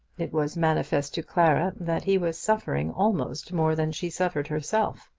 it was manifest to clara that he was suffering almost more than she suffered herself.